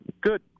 good